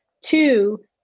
Two